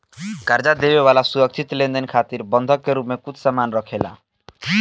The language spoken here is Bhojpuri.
कर्जा देवे वाला सुरक्षित लेनदेन खातिर बंधक के रूप में कुछ सामान राखेला